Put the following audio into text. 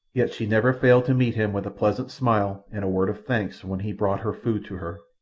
yet she never failed to meet him with a pleasant smile and a word of thanks when he brought her food to her,